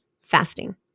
fasting